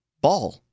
Ball